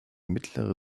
mittlere